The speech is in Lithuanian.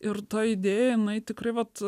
ir ta idėja jinai tikrai vat